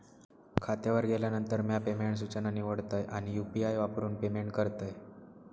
खात्यावर गेल्यानंतर, म्या पेमेंट सूचना निवडतय आणि यू.पी.आई वापरून पेमेंट करतय